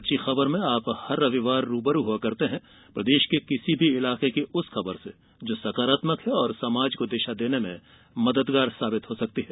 अच्छी खबरमें आप हर रविवार रूबरू होते हैं प्रदेश के किसी भी इलाके की उस खबर से जो सकारात्मक है और समाज को दिशा देने में मददगार साबित हो सकती है